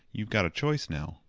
you've got a choice now.